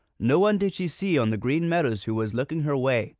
no one did she see on the green meadows who was looking her way.